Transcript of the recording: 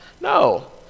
No